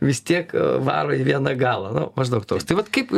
vis tiek varo į vieną galą na maždaug toks tai vat kaip